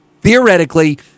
Theoretically